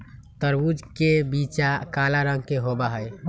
तरबूज के बीचा काला रंग के होबा हई